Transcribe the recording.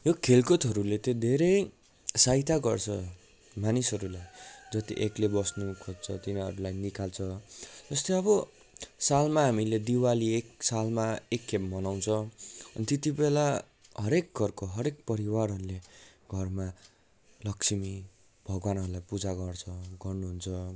यो खेलकुदहरूले चाहिँ धेरै सहायता गर्छ मानिसहरूलाई जति एक्लै बस्नु खोज्छ तिनीहरूलाई निकाल्छ जस्तै अब सालमा हामीले दिवाली एक सालमा एकखेप मनाउँछ त्यति बेला हरेक घरको हरेक परिवारहरूले घरमा लक्ष्मी भगवान्हरूलाई पूजा गर्छ गर्नुहुन्छ